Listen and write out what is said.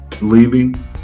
leaving